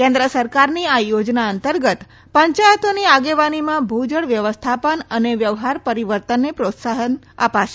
કેન્દ્ર સરકારની આ ચોજના અંતર્ગત પંચાયતોની આગેવાનીમાં ભુ જળ વ્યવસ્થાપન અને વ્યવહાર પરીવર્તનને પ્રોત્સાફન અપાશે